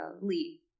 Lee